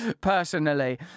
personally